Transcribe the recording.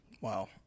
wow